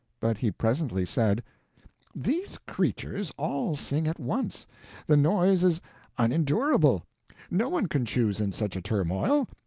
but he presently said these creatures all sing at once the noise is unendurable no one can choose in such a turmoil.